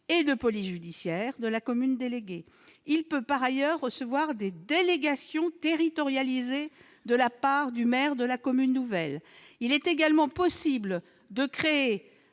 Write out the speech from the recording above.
et de police judiciaire de la commune déléguée ; il peut, par ailleurs, recevoir des délégations territorialisées de la part du maire de la commune nouvelle. Il est également possible de créer